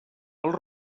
els